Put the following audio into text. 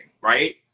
right